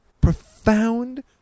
profound